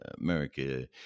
America